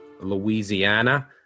Louisiana